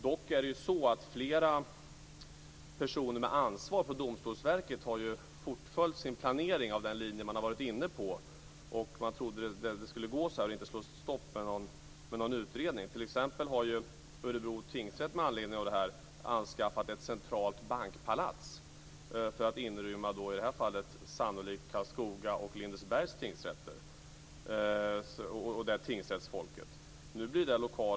Dock har flera personer med ansvar för Domstolsverket fullföljt sin planering på den linje man har varit inne på. Man trodde att det skulle fortsätta så och inte att man skulle stoppas av någon utredning. T.ex. har Örebro tingsrätt med anledning av detta anskaffat ett centralt bankpalats, som sannolikt skulle inrymma Karlskoga och Lindesbergs tingsrätter.